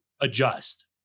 adjust